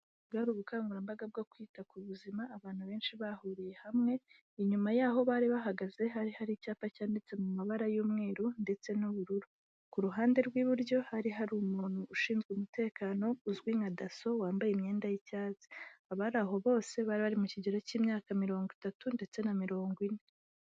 Bwari ubukangurambaga bwo kwita ku buzima abantu benshi bahuriye hamwe, inyuma y'aho bari bahagaze hari hari icyapa cyanditse mu mabara y'umweru ndetse n'ubururu, ku ruhande rw'iburyo hari hari umuntu ushinzwe umutekano uzwi nka daso wambaye imyenda y'icyatsi, abari aho bose bari bari mu kigero cy'imyaka mirongo itatu ndetse na mirongo ine.